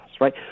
right